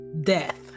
death